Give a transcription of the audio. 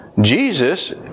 Jesus